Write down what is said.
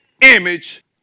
image